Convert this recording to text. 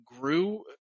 grew